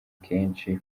kenshi